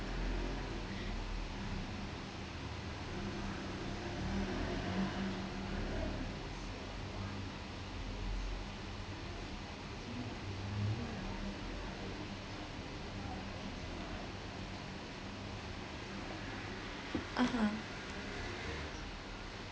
(uh huh)